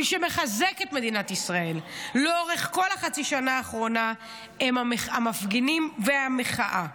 מי שמחזק את מדינת ישראל לאורך כל החצי שנה האחרונה הם המפגינים והמחאה.